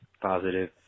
positive